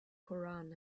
koran